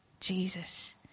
Jesus